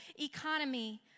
economy